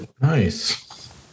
Nice